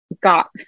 got